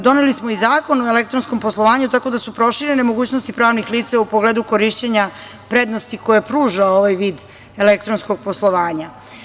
Doneli smo i Zakon o elektronskom poslovanju tako da su proširene mogućnosti pravnih lica u pogledu korišćenja prednosti koje pruža ovaj vid elektronskog poslovanja.